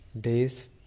days